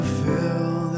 fill